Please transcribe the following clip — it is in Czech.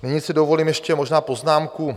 Nyní si dovolím ještě možná poznámku.